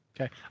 Okay